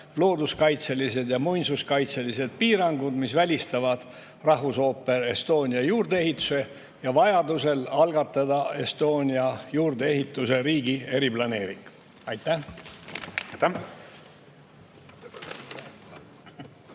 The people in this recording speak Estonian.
looduskaitselistele ja muinsuskaitselistele piirangutele, mis välistavad Rahvusooper Estonia juurdeehituse, ja vajadusel algatada Estonia juurdeehituse riigi eriplaneering. Aitäh!